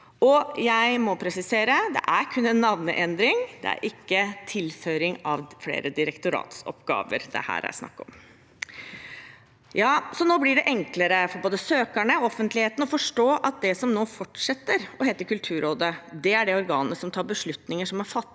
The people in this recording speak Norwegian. jeg presisere at det kun er en navneendring, det er ikke tilføring av flere direktoratsoppgaver det her er snakk om. Nå blir det enklere for både søkerne og offentligheten å forstå at det som nå fortsetter å hete Kulturrådet, er det organet som tar beslutninger som er fattet